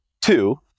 two